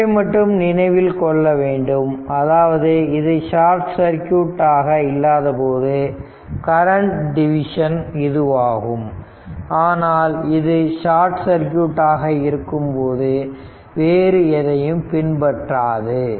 ஒன்றை மட்டும் நினைவில் கொள்ள வேண்டும் அதாவது இது ஷார்ட் சர்க்யூட் ஆக இல்லாதபோது கரண்ட் டிவிஷன் இதுவாகும் ஆனால் இது ஷார்ட் சர்க்யூட் ஆக இருக்கும்போது வேறு எதையும் பின்பற்றாது